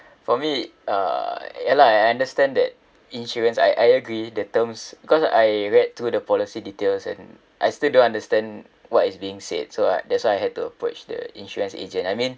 for me uh ya lah I understand that insurance I I agree the terms because I read through the policy details and I still don't understand what is being said so I that's why I had to approach the insurance agent I mean